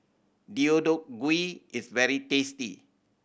Deodeok Gui is very tasty